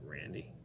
Randy